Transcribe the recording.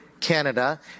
Canada